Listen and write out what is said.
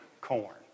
corn